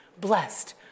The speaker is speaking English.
Blessed